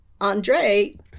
andre